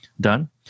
done